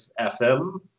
fm